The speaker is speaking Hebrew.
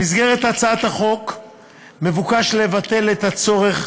במסגרת הצעת החוק מבוקש לבטל את הצורך